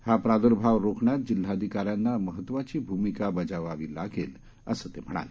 हा प्रादुर्भाव रोखण्यात जिल्हधिकाऱ्यांना महत्त्वाची भूमिका बजवावी लागेल असं ते म्हणाले